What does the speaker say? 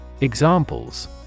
Examples